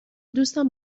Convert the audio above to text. دوستم